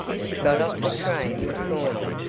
she got off the train this morning.